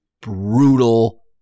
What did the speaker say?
brutal